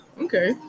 Okay